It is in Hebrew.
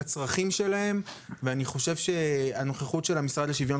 בצרכים שלהם ואני חושב שהנוכחות של המשרד לשוויון